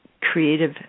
creative